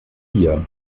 vier